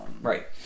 Right